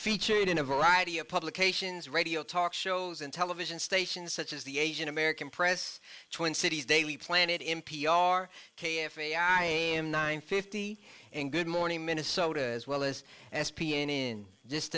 featured in a variety of publications radio talk shows and television stations such as the asian american press twin cities daily planet in p r k f a i am nine fifty and good morning minnesota as well as s p n in just